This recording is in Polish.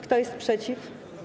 Kto jest przeciw?